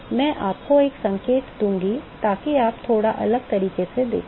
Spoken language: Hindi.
मैं आपको एक संकेत दूंगा ताकि आप थोड़ा अलग तरीके से देख सकें